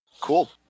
Cool